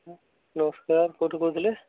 ନମସ୍କାର କେଉଁଠୁ କହୁଥିଲେ